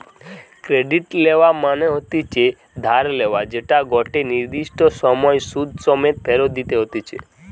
credit লেওয়া মনে হতিছে ধার লেয়া যেটা গটে নির্দিষ্ট সময় সুধ সমেত ফেরত দিতে হতিছে